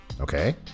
okay